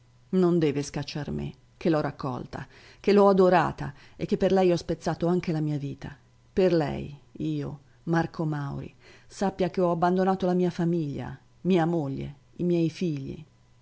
non deve scacciar me che l'ho raccolta che l'ho adorata e che per lei ho spezzato anche la mia vita per lei io marco mauri sappia che ho abbandonato la mia famiglia mia moglie i miei figli